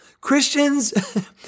Christians